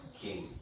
King